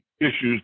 issues